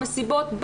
מסיבות,